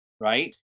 right